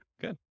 good